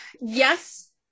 yes